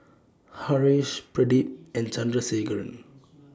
Haresh Pradip and Chandrasekaran